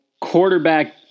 quarterback